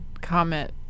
comment